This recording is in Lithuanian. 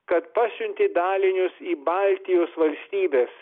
kad pasiuntė dalinius į baltijos valstybes